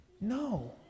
No